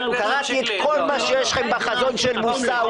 קראתי את כל מה שיש לכם בחזון של מוסאווה.